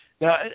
Now